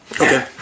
Okay